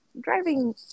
driving